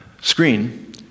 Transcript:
screen